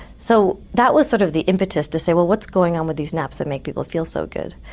so that was sort of the impetus to say well what's going on with these naps that make people feel so good?